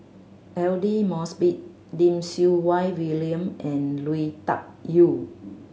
Aidli Mosbit Lim Siew Wai William and Lui Tuck Yew